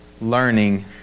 learning